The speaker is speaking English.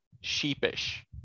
sheepish